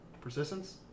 persistence